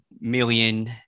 million